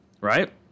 right